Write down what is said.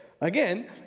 Again